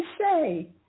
say